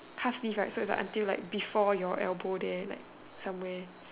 task beef right so if I until like before your elbow there like somewhere